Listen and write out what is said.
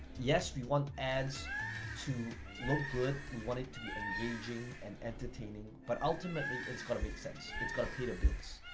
yes we want ads to look good, we want it to be engaging and entertaining but ultimately, it's got to make sense. it's got to pay the bills,